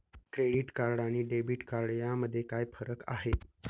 Credit card आणि debit card यामध्ये काय फरक आहे?